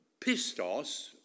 pistos